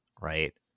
right